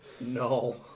No